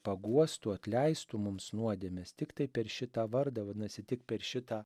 paguostų atleistų mums nuodėmes tiktai per šitą vardą vadinasi tik per šitą